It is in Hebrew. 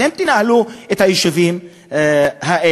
אתם תנהלו את היישובים האלה.